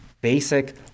basic